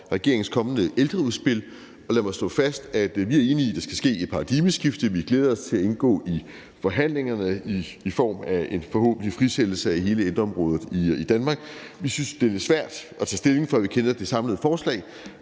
om regeringens kommende ældreudspil, og lad mig slå fast, at vi er enige i, at der skal ske et paradigmeskifte, og at vi glæder os til at indgå i forhandlingerne i form af – forhåbentlig – en frisættelse af hele ældreområdet i Danmark. Vi synes, det er lidt svært at tage stilling, før vi kender det samlede forslag,